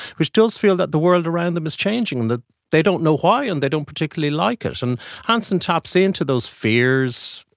which does feel that the world around them is changing and that they don't know why and they don't particularly like it. and hanson taps into those fears,